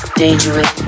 dangerous